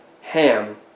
Ham